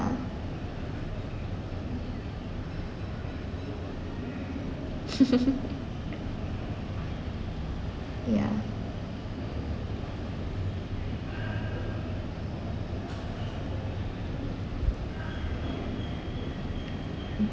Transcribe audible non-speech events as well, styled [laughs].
[laughs] ya